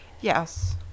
Yes